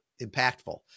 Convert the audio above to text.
impactful